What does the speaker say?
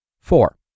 Four